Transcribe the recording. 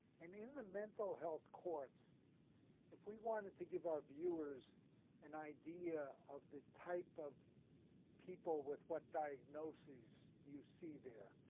and in the mental health courts if we wanted to give our viewers an idea of the type of people with what diagnoses you see there,